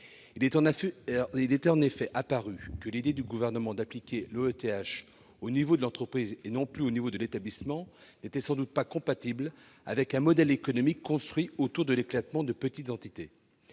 Il est en effet apparu que l'idée du Gouvernement d'appliquer l'OETH à l'échelon de l'entreprise et non plus de l'établissement n'était sans doute pas compatible avec un modèle économique construit autour de l'éclatement de petites entités.